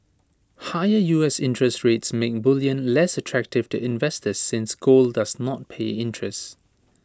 higher U S interest rates make bullion less attractive to investors since gold does not pay interest